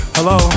Hello